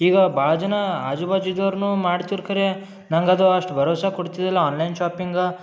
ಈಗ ಭಾಳ ಜನ ಆಜು ಬಾಜು ಇದ್ದವ್ರೂ ಮಾಡ್ತಿದ್ರ್ ಕರೆ ನಂಗೆ ಅದು ಅಷ್ಟು ಭಾರವಸೆ ಕೊಡ್ತಿದಿಲ್ಲ ಆನ್ಲೈನ್ ಶಾಪಿಂಗ